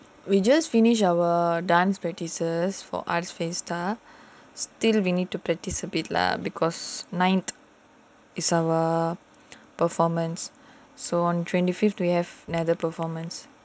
we just finish our dance practices for arts fiesta still we need to practice a bit lah because ninth is our performance so on twenty fifth we have another performance